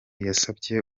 yasabye